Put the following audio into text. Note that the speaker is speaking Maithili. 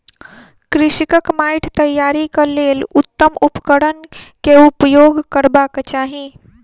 कृषकक माइट तैयारीक लेल उत्तम उपकरण केउपयोग करबाक चाही